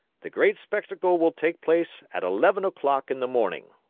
the great spectacle will take place at eleven o'clock in the morning.